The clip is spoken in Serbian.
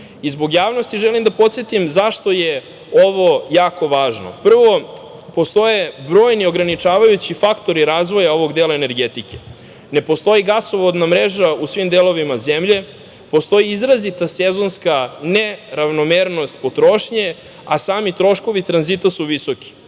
gasa. Zbog javnosti želim da podsetim zašto je ovo jako važno. Prvo, postoje brojni ograničavajući faktori razvoja ovog dela energetike. Ne postoji gasovodna mreža u svim delovima zemlje, postoji izrazita sezonska neravnomernost potrošnje, a sami troškovi tranzita su visoki.